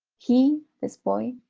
he, this boy,